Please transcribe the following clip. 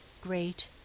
great